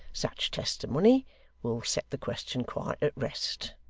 such testimony will set the question quite at rest.